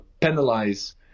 penalize